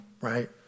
right